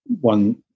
one